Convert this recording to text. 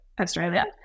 Australia